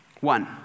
One